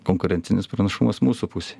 konkurencinis pranašumas mūsų pusėj